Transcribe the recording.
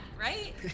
right